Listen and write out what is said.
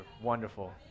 wonderful